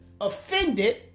offended